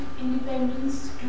independence